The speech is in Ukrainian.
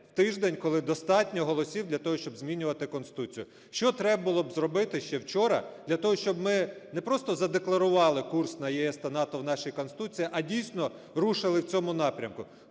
тиждень, коли достатньо голосів для того, щоб змінювати Конституцію, що треба було б зробити ще вчора, для того щоб ми не просто задекларували курс на ЄС та НАТО в нашій Конституції, а дійсно рушили в цьому напрямку.